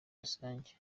rusange